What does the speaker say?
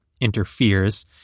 interferes